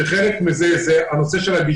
שחלק מזה הוא הגישור,